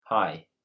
Hi